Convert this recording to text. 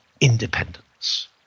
independence